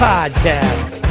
Podcast